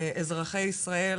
אזרחי ישראל,